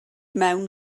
mewn